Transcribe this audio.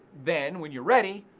then when you're ready,